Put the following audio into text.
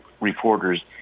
reporters